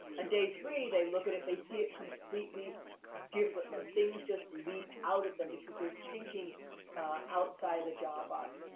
ah day three, they'd look at it. they'd see it completely differently. things just leap out at them, because they're thinking outside of the job box.